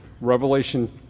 Revelation